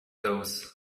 those